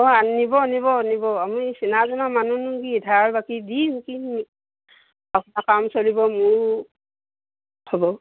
অঁ নিব নিব নিব আমি চিনা জনা মানুহনো কি ধাৰ বাকী দি কি